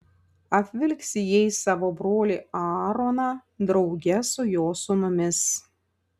apvilksi jais savo brolį aaroną drauge su jo sūnumis